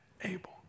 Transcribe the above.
able